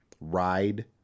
ride